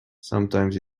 sometimes